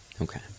okay